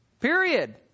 Period